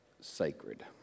sacred